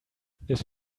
this